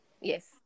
Yes